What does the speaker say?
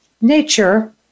nature